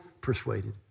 persuaded